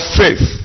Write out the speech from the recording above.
faith